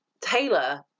Taylor